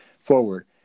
forward